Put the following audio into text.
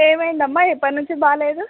ఏమైంది అమ్మ ఎప్పటి నుంచి బాలేదు